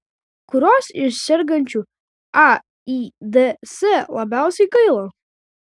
kurios iš sergančių aids labiausiai gaila